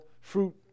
fruit